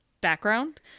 background